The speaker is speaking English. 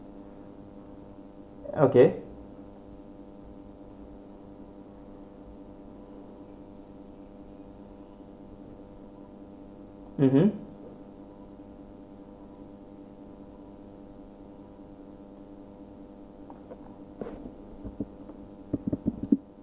okay mmhmm